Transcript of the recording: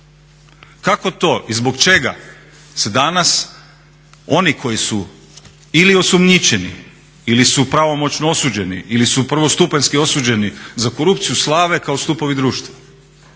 Kako to i zbog čega se danas oni koji su ili osumnjičeni ili su pravomoćno osuđeni ili su prvostupanjski osuđeni za korupciju slave kao stupovi društva?